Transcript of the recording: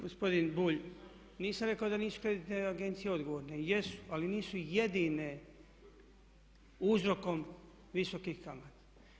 Gospodin Bulj, nisam rekao da nisu kreditne agencije odgovorne, jesu, ali nisu jedine uzrokom visokih kamata.